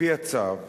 על-פי הצו,